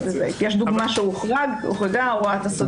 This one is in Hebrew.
יש דוגמה שהוחרגה הוראת הסודיות.